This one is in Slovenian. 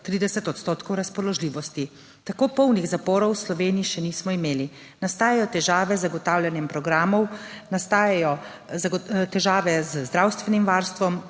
130 % razpoložljivosti. Tako polnih zaporov v Sloveniji še nismo imeli. Nastajajo težave z zagotavljanjem programov, nastajajo težave z zdravstvenim varstvom,